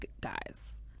guys